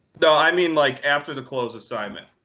no, i mean, like, after the close assignment.